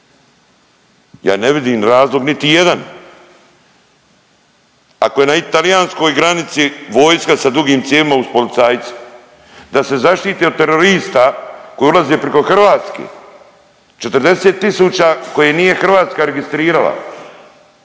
Ja ne vidim razlog niti jedan ako je na italijanskoj granici vojska sa dugim cijevima uz policajce da se zaštiti od terorista koji ulaze preko Hrvatske. 40 tisuća koje nije Hrvatska registrirala.